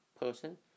person